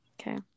okay